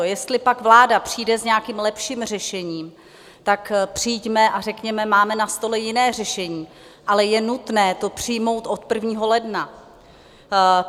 Jestli pak vláda přijde s nějakým lepším řešením, tak přijďme a řekněme: Máme na stole jiné řešení, ale je nutné to přijmout od 1. ledna.